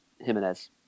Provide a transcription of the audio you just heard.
Jimenez